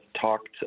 talked